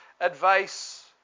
advice